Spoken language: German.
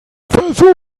versuch